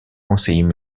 conseillers